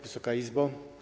Wysoka Izbo!